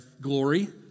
glory